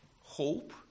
hope